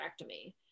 hysterectomy